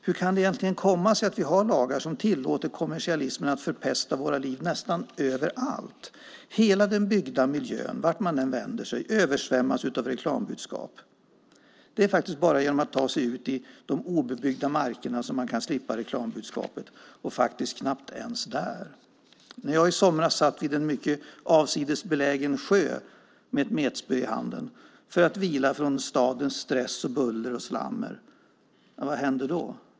Hur kan det komma sig att vi har lagar som tillåter kommersialismen att förpesta våra liv nästan överallt? Hela den byggda miljön, vart man än vänder sig, översvämmas av reklambudskap. Det är bara genom att ta sig ut i de obebyggda markerna som man kan slippa reklambudskapet, och knappt ens där. När jag i somras satt vid en avsides belägen sjö med ett metspö i handen för att vila från stadens stress, buller och slammer, vad händer då?